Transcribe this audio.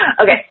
Okay